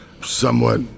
somewhat